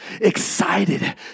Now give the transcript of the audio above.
excited